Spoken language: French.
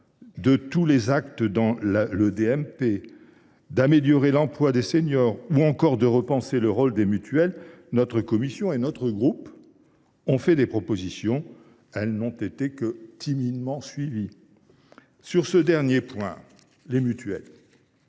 le dossier médical partagé (DMP), d’améliorer l’emploi des seniors ou de repenser le rôle des mutuelles, notre commission et notre groupe ont fait des propositions. Elles n’ont été que timidement suivies. Sur ce dernier point, à savoir les